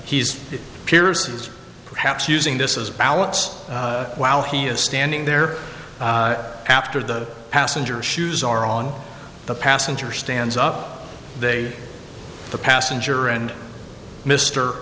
peeresses perhaps using this as a balance while he is standing there after the passenger shoes are on the passenger stands up they the passenger and mr